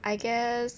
I guess